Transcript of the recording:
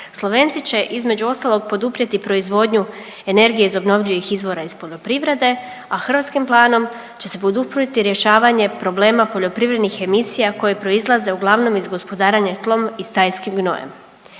Slovenci će između ostalog poduprijeti proizvodnju energije iz obnovljivih izvora iz poljoprivrede, a hrvatskim planom će se poduprijeti rješavanje problema poljoprivrednih emisija koje proizlaze uglavnom iz gospodarenja tlom i stajskim gnojem.